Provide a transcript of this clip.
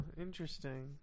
Interesting